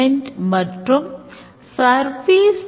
ordering என்பது packages ல் ஒன்றாகும்